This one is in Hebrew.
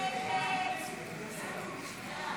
ההסתייגות לא התקבלה.